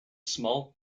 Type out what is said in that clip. small